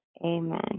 amen